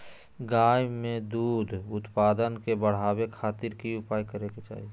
गाय में दूध उत्पादन के बढ़ावे खातिर की उपाय करें कि चाही?